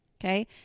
Okay